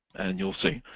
and you'll see.